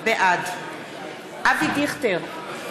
בעד אבי דיכטר,